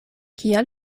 kial